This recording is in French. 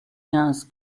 quinze